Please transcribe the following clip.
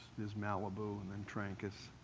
there's malibu and then trancas.